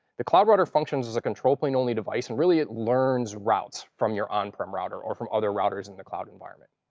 the cloud router functions as a control plane only device. and really, it learns routes from your on-prem router or from other routers in the cloud environment.